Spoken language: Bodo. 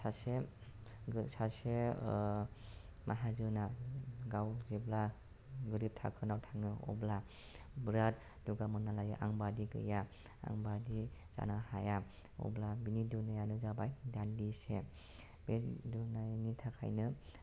सासे सासे ओ माहाजोना गाव जेब्ला गोरिब थाखोनाव थाङो अब्ला बिरात दुगा मोनना लायो आंबादि गैया आंबादि जानो हाया अब्ला बिनि दुगायानो जाबाय दान्दिसे बे दुगानि थाखायनो